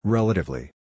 Relatively